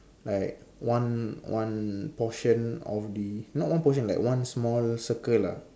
like one one portion of the not one portion like one small circle lah